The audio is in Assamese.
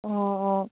অঁ অঁ